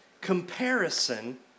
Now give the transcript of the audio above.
Comparison